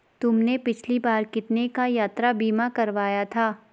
तुमने पिछली बार कितने का यात्रा बीमा करवाया था?